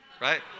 right